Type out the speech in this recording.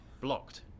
blocked